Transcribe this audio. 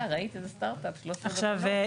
עכשיו,